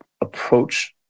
approach